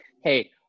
Hey